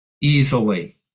easily